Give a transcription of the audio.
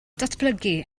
datblygu